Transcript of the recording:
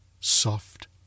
soft